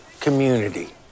community